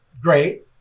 Great